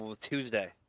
Tuesday